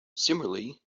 similarly